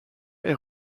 est